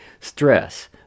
stress